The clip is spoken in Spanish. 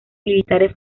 militares